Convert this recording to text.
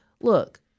look